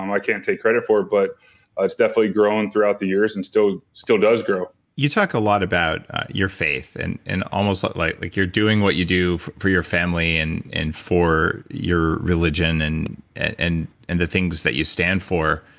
um i can't take credit for but ah it's definitely grown throughout the years and still still does grow you talk a lot about your faith and and almost like like like you're doing what you do for your family and for your religion and and the things that you stand for.